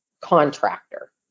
contractor